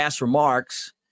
remarks